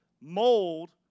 mold